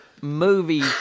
movie